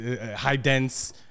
high-dense